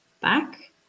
back